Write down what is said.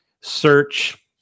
search